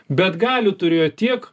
bet galių turėjo tiek